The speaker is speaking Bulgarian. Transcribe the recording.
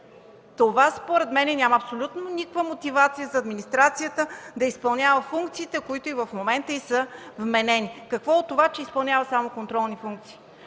Затова според мен няма абсолютно никаква мотивация за администрацията да изпълнява функциите, които и в момента са й вменени. Какво от това, че изпълнява само контролни функции?!